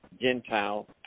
Gentile